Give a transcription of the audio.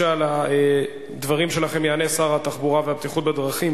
על הדברים שלכם יענה שר התחבורה והבטיחות בדרכים